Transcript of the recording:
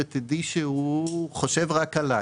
ותדעי שהוא חושב רק עלייך.